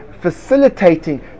facilitating